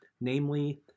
namely